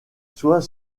soit